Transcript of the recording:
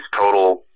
total